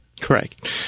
Correct